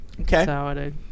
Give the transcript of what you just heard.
Okay